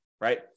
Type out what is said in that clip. right